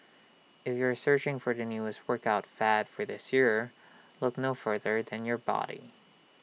if you are searching for the newest workout fad for this year look no further than your body